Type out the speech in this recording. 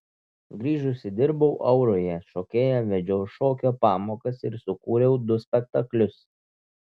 grįžusi dirbau auroje šokėja vedžiau šokio pamokas ir sukūriau du spektaklius